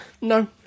No